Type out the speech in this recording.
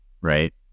Right